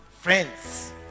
friends